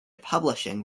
publishing